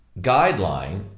guideline